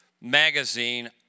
magazine